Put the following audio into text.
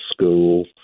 school